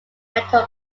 metal